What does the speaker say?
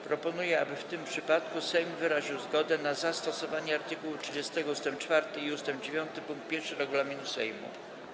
Proponuję, aby w tym przypadku Sejm wyraził zgodę na zastosowanie art. 30 ust. 4 i ust. 9 pkt 1 regulaminu Sejmu.